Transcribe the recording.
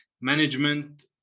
management